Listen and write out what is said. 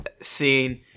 scene